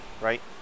right